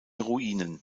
ruinen